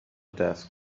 desk